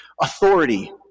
authority